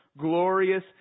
glorious